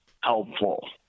helpful